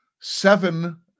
seven